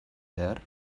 behar